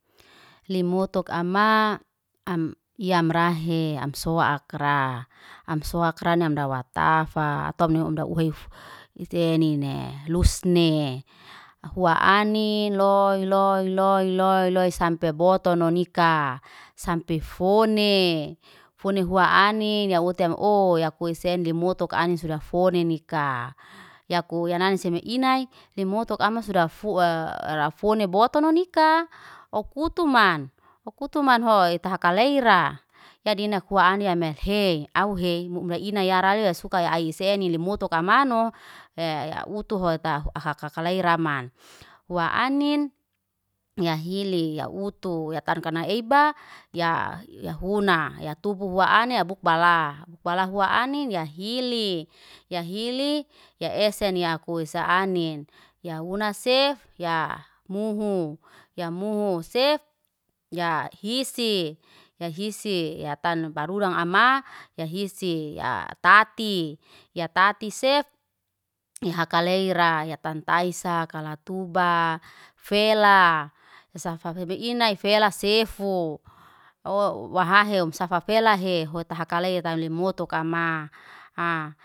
Limotok ama am yamrahe, am sowakra. Am sowakra ni amda watafa, atom noi amda uhef isenine lusne. Afuwa anin loy loy loy loy loy sampe botono nikaa. Sampe fone, fone huwa anin, ya utema ow, ya kuese limotok anin suda fone nikaa. Ya ku yanani seme inay, limotok ama suda fua fone botono nikaa. Ow kutuman, ow kutuman hoi, kutuman hoi, taha kalera. Yadina kuwe ani yame hei, au hei mleina yarali wa suka ya iseni limotok amano, ya utu hoi taha keleira man. Huwa anin ya hili ya utu ya kankana eba, ya ya huna ya tuba huwa ani bukbala. Bukbala huwa anin ya hili, ya hili ya eseni ya kuesa anin. Ya huna sef, ya muhu, ya muhu sef ya hisi, ya tan barurang ama ya hisi. Ya tati ya tati setf, ya kaleria ya tan taisa kala tuba fela. Safa febi inay fela sefu, ow wahahe umsaf fela hae hoi taha kaleira limotokama haa.